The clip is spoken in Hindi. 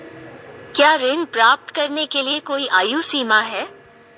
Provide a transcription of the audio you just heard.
क्या ऋण प्राप्त करने के लिए कोई आयु सीमा है?